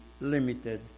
limited